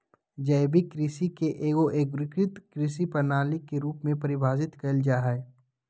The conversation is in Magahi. जैविक कृषि के एगो एगोकृत कृषि प्रणाली के रूप में परिभाषित कइल जा हइ